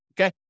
okay